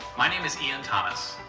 my name is ian thomas,